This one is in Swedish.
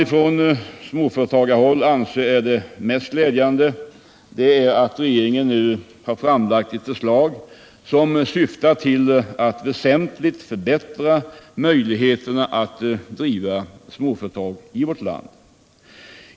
Det som på småföretagarhåll anses som det mest glädjande är att regeringen nu har framlagt ett förslag som syftar till att väsentligt förbättra möjligheterna att driva småföretag i vårt land.